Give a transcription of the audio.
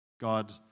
God